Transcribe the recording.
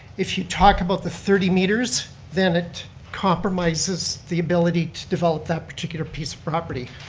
if you talk about the thirty meters, then it compromises the ability to develop that particular piece of property.